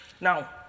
Now